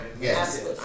Yes